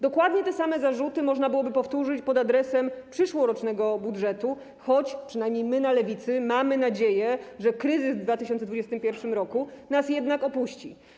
Dokładnie te same zarzuty można byłoby powtórzyć pod adresem przyszłorocznego budżetu, choć przynajmniej my na lewicy mamy nadzieję, że kryzys w 2021 r. nas jednak opuści.